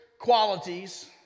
qualities